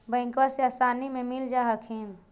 बैंकबा से आसानी मे मिल जा हखिन?